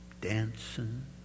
dancing